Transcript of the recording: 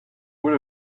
would